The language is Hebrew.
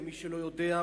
למי שלא יודע,